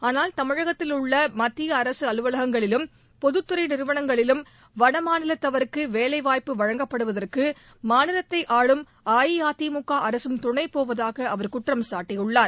ஆனால் தமிழகத்தில் உள்ள மத்திய அரசு அலுவலகங்களிலும் பொதுத்துறை நிறுவனங்களிலும் வடமாநிலத்தவற்கு வேலைவாய்ப்பு வழங்கப்படுவதற்கு மாநிலத்தை ஆளும் அஇஅதிமுக அரசும் துணைப்போவதாக அவர் குற்றம்சாட்டியுள்ளார்